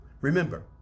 Remember